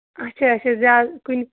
اچھا اچھا زیادٕ کُنہِ